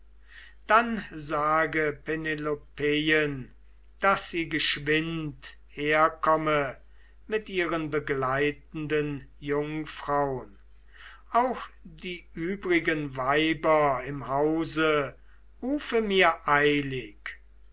dann sage penelopeien daß sie geschwind herkomme mit ihren begleitenden jungfraun auch die übrigen weiber im hause rufe mir eilig